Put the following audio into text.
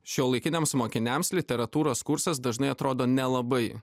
šiuolaikiniams mokiniams literatūros kursas dažnai atrodo nelabai